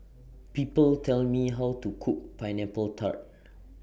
People Tell Me How to Cook Pineapple Tart